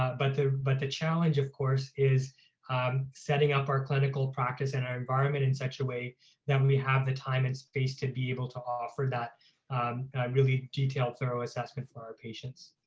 but but the but the challenge of course, is setting up our clinical practice and our environment in such a way that when we have the time and space to be able to offer that really detailed, thorough assessment for our patients.